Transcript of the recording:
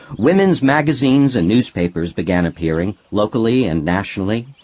women's magazines and newspapers began appearing, locally and nationally,